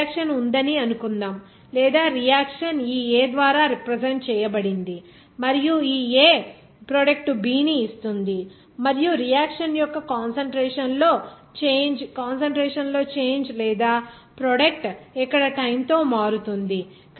ఒక రియాక్షన్ ఉందని అనుకుందాం లేదా రియాక్షన్ ఈ A ద్వారా రిప్రజెంట్ చేయబడింది మరియు ఈ A ప్రోడక్ట్ B ని ఇస్తుంది మరియు రియాక్షన్ యొక్క కాన్సంట్రేషన్ లో చేంజ్ లేదా ప్రోడక్ట్ ఇక్కడ టైమ్ తో మారుతుంది